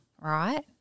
right